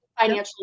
financial